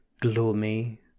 gloomy